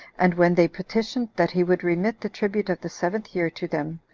and when they petitioned that he would remit the tribute of the seventh year to them,